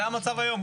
זה המצב היום.